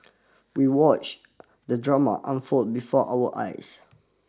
we watch the drama unfold before our eyes